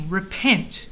repent